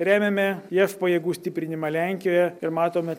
remiame jav pajėgų stiprinimą lenkijoje ir matome